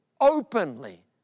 openly